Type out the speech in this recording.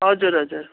हजुर हजुर